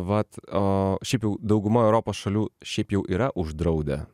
vat o šiaip jau dauguma europos šalių šiaip jau yra uždraudę